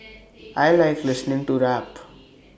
I Like listening to rap